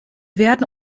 werden